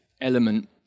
element